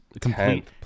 Complete